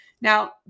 Now